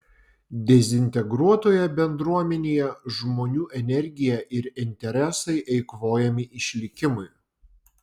dezintegruotoje bendruomenėje žmonių energija ir interesai eikvojami išlikimui